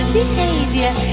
behavior